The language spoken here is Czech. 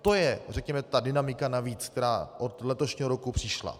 To je, řekněme, ta dynamika navíc, která od letošního roku přišla.